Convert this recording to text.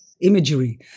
imagery